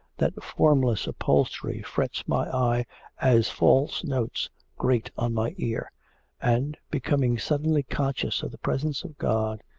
that formless upholstery frets my eye as false notes grate on my ear and, becoming suddenly conscious of the presence of god,